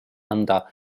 anda